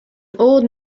old